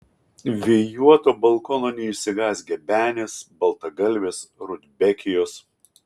vėjuoto balkono neišsigąs gebenės baltagalvės rudbekijos